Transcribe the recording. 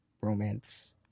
romance